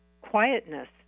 quietness